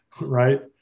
right